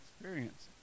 experience